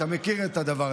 אתה מכיר את הדבר,